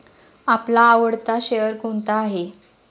आपला आवडता शेअर कोणता आहे?